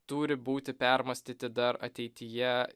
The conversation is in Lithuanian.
turi būti permąstyti dar ateityje